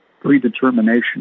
predetermination